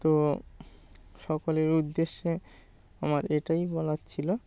তো সকলের উদ্দেশ্যে আমার এটাই বলার ছিল